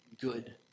good